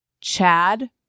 Chad